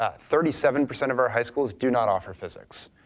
ah thirty seven percent of our high schools do not offer physics.